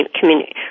community